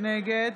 נגד